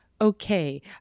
okay